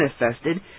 manifested